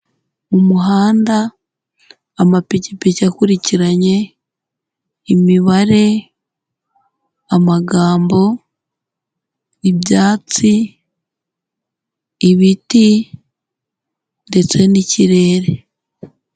Umuhanda, amapikipiki akurikiranye, imibare, amagambo, ibyatsi, ibiti ndetse n'ikirere.